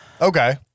okay